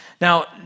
Now